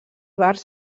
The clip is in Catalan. bars